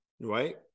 right